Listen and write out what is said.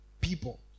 people